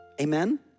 Amen